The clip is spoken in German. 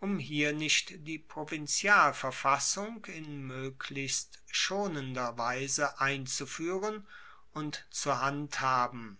um hier nicht die provinzialverfassung in moeglichst schonender weise einzufuehren und zu handhaben